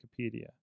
Wikipedia